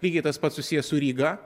lygiai tas pats susiję su ryga